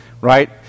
right